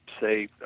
say